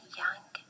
young